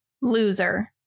Loser